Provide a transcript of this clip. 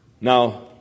Now